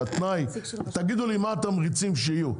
תגידו לי מה התמריצים שיהיו,